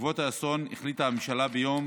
בעקבות האסון החליטה הממשלה, ביום